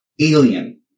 alien